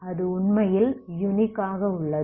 அது உண்மையில் யுனிக் ஆக உள்ளது